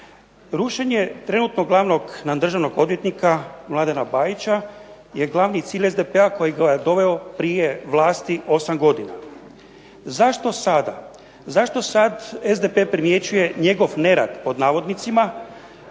Rušenje trenutno nam glavnog državnog odvjetnika Mladena Bajića je glavni cilj SDP-a koji ga je doveo prije vlasti 8 godina. Zašto sada SDP primjećuje njegov "nerad" i